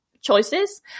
choices